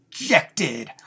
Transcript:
Rejected